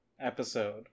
episode